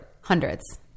Hundreds